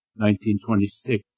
1926